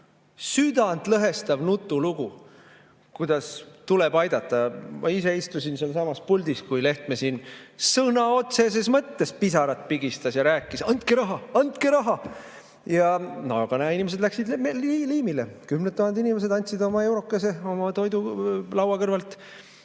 südantlõhestav nutulugu, kuidas tuleb aidata. Ma ise istusin sealsamas puldis, kui Lehtme siin sõna otseses mõttes pisarat pigistas ja rääkis, et andke raha. Andke raha! Ja inimesed läksid liimile. Kümned tuhanded inimesed andsid eurokese oma toidulaua kõrvalt